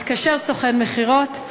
מתקשר סוכן מכירות,